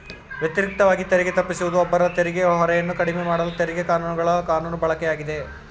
ವ್ಯತಿರಿಕ್ತವಾಗಿ ತೆರಿಗೆ ತಪ್ಪಿಸುವುದು ಒಬ್ಬರ ತೆರಿಗೆ ಹೊರೆಯನ್ನ ಕಡಿಮೆಮಾಡಲು ತೆರಿಗೆ ಕಾನೂನುಗಳ ಕಾನೂನು ಬಳಕೆಯಾಗಿದೆ